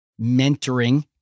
mentoring